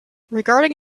regarding